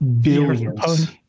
billions